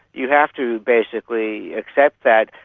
you have to basically accept that,